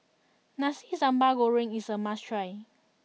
Nasi Sambal Goreng is a must try